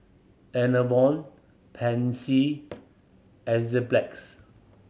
Enervon Pansy Enzyplex